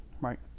right